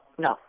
No